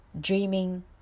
dreaming